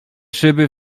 szyby